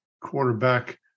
quarterback